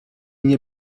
nie